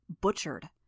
butchered